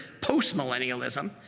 post-millennialism